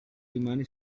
rimane